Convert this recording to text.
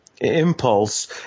Impulse